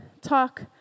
talk